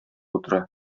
утыра